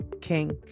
kink